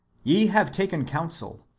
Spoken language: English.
ye have taken counsel,